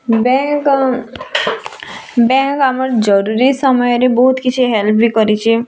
bank bank ଆମର୍ ଜରୁରୀ ସମୟରେ ବହୁତ୍ କିଛି ହେଲ୍ପ୍ ବି କରିଛି